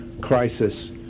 crisis